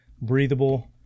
Breathable